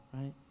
right